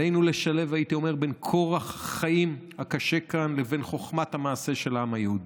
עלינו לשלב בין כורח החיים הקשה כאן לבין חוכמת המעשה של העם היהודי.